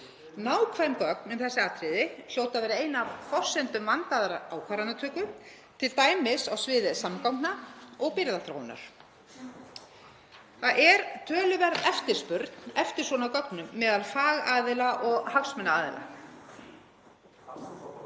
Nákvæm gögn um þessi atriði hljóta að vera ein af forsendum vandaðrar ákvarðanatöku, t.d. á sviði samgangna og byggðaþróunar. Það er töluverð eftirspurn eftir svona gögnum meðal fagaðila og hagsmunaaðila.